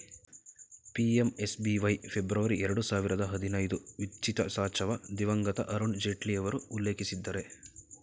PMSBY February ಎರಡು ಸಾವಿರದ ಹದಿನೈದು ವಿತ್ಚಿತಸಾಚವ ದಿವಂಗತ ಅರುಣ್ ಜೇಟ್ಲಿಯವರು ಉಲ್ಲೇಖಿಸಿದ್ದರೆ